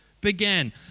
began